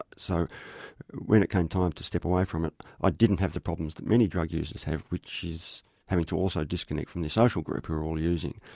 so when it came time to step away from it i didn't have the problems that many drug users have which is having to also disconnect from your social group who are all using.